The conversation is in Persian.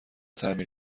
تعمیر